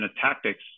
tactics